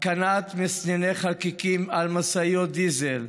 התקנת מסנני חלקיקים על משאיות דיזל,